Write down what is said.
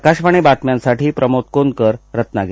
आकाशवाणी बातम्यांसाठी प्रमोद कोनकर रत्नागिरी